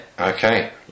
Okay